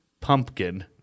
pumpkin